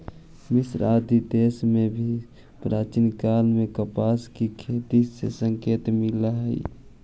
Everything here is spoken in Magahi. मिस्र आदि देश में भी प्राचीन काल में कपास के खेती के संकेत मिलले हई